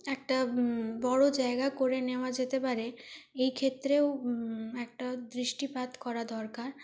একটা বড় জায়গা করে নেওয়া যেতে পারে এই ক্ষেত্রেও একটা দৃষ্টিপাত করা দরকার